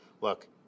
Look